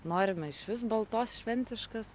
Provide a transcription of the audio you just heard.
norime išvis baltos šventiškas